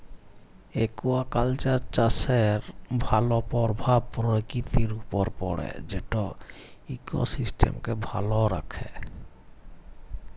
aquaculture চাষের ভালো পরভাব পরকিতির উপরে পড়ে যেট ইকসিস্টেমকে ভালো রাখ্যে